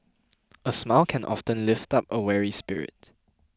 a smile can often lift up a weary spirit